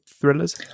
thrillers